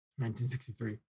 1963